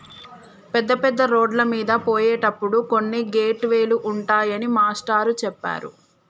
పెద్ద పెద్ద రోడ్లమీద పోయేటప్పుడు కొన్ని గేట్ వే లు ఉంటాయని మాస్టారు చెప్పారు